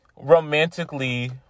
romantically